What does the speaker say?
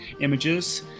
images